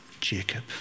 Jacob